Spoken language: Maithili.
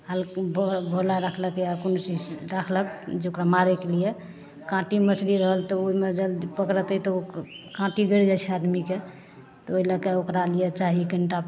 हल्की भो भोला राखलकै आ कोनो चीज राखलक जे ओकरा मारैके लिये काँटी मछली रहल तऽ ओहिमे जब पकड़तै तऽ ओ काँटी गरि जाइत छै आदमीके तऽ ओहि लएके ओकरा चाही कनिटा